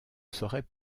saurait